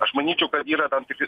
aš manyčiau kad yra tam tikri